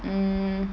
mm